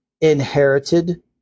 inherited